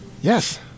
Yes